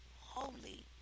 Holy